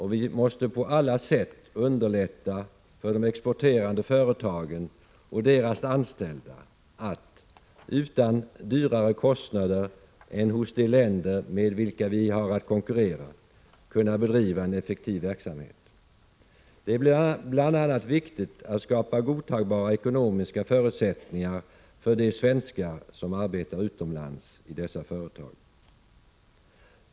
Vi måste på alla sätt underlätta för de exporterande företagen och deras anställda att, utan dyrare kostnader än man har i de länder med vilka de har att konkurrera, kunna bedriva en effektiv verksamhet. Det är bl.a. viktigt att skapa godtagbara ekonomiska förutsättningar för de svenskar som arbetar utomlands i dessa företag.